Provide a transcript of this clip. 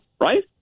right